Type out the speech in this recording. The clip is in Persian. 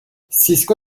سیسکو